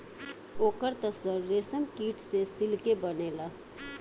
ओकर त सर रेशमकीट से सिल्के बनेला